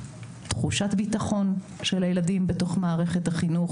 תחושת ביטחון של הילדים בתוך מערכת החינוך